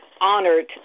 honored